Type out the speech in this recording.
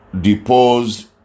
deposed